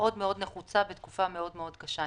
מאוד מאוד נחוצה בתקופה מאוד מאוד קשה.